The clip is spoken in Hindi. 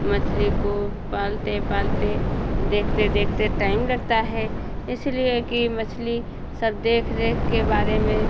मछली को पालते पालते देखते देखते टाइम लगता है इसलिए कि मछली सब देख रेख के बारे में